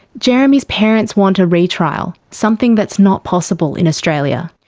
jeremy's parents want a retrial, something that's not possible in australia.